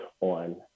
on